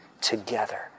together